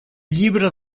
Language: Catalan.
llibre